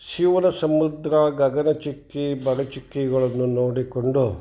ಶಿವನ ಸಮುದ್ರ ಗಗನ ಚುಕ್ಕಿ ಭರಚುಕ್ಕಿಗಳನ್ನು ನೋಡಿಕೊಂಡು